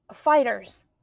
Fighters